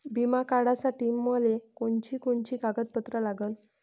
बिमा काढासाठी मले कोनची कोनची कागदपत्र लागन?